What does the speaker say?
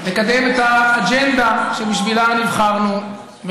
לקדם את האג'נדה שבשבילה נבחרנו,